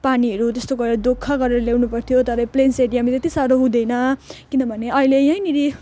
पानीहरू त्यस्तो गरेर दुःख गरेर ल्याउन पर्थ्यो तर प्लेन्स एरियामा त्यत्ति साह्रो हुँदैन किनभने अहिले यहीँनिर